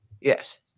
Yes